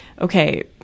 okay